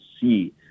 see